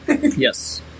yes